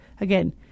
Again